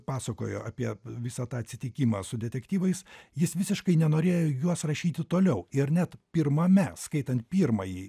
pasakojo apie visą tą atsitikimą su detektyvais jis visiškai nenorėjo juos rašyti toliau ir net pirmame skaitant pirmąjį